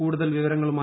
കൂടുതൽ വിവരങ്ങളുമായി